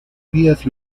vías